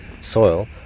soil